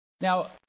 Now